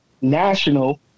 national